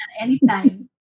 anytime